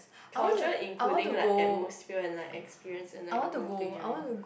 culture including like atmosphere and like experience and like the whole thing you know